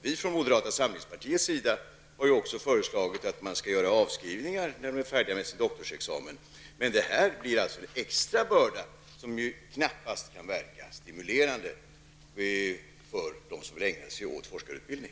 Vi från moderata samlingspartiet har också föreslagit att man skall göra avskrivningar när dessa personer är färdiga med sin doktorsexamen. Men det här blir alltså en extra börda som ju knappast kan verka stimulerande för dem som vill ägna sig åt forskarutbildning.